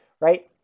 right